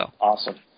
Awesome